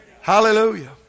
Hallelujah